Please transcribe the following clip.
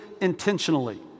intentionally